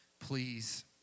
please